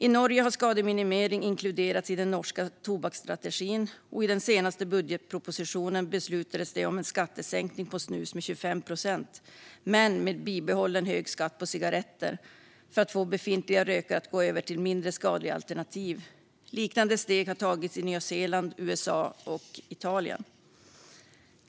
I Norge har skademinimering inkluderats i tobaksstrategin, och i den senaste budgetpropositionen beslutades det om en skattesänkning på snus med 25 procent, men med bibehållen hög skatt på cigaretter, för att få befintliga rökare att gå över till mindre skadliga alternativ. Liknande steg har tagits i Nya Zeeland, USA och Italien.